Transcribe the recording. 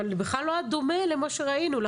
זה בכלל לא היה דומה למה שראינו,